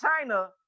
China